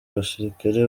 abasirikare